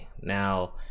Now